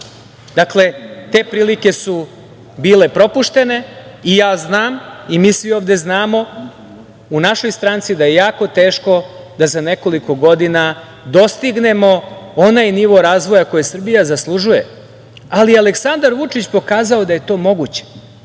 Dakle, te prilike su bile propuštene i ja znam, svi ovde znamo, u našoj stranci je jako teško da za nekoliko godina dostignemo onaj nivo razvoja koji Srbija zaslužuje. Aleksandar Vučić je pokazao da je to moguće,